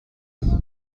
ایستگاه